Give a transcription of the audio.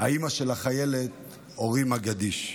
האימא של החיילת אורי מגידיש.